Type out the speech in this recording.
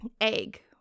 Egg